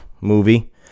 movie